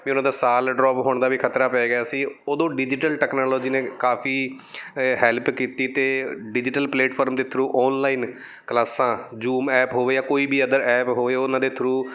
ਵੀ ਉਹਨਾਂ ਦਾ ਸਾਲ ਡਰੋਪ ਹੋਣ ਦਾ ਵੀ ਖਤਰਾ ਪੈ ਗਿਆ ਸੀ ਉਦੋਂ ਡਿਜੀਟਲ ਟੈਕਨੋਲੋਜੀ ਨੇ ਕਾਫੀ ਹੈਲਪ ਕੀਤੀ ਅਤੇ ਡਿਜੀਟਲ ਪਲੇਟਫਾਰਮ ਦੇ ਥਰੂ ਔਨਲਾਈਨ ਕਲਾਸਾਂ ਜੂਮ ਐਪ ਹੋਵੇ ਜਾਂ ਕੋਈ ਵੀ ਅਦਰ ਐਪ ਹੋਵੇ ਉਹਨਾਂ ਦੇ ਥਰੂ